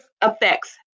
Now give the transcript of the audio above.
affects